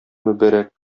мөбарәк